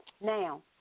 Now